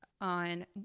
on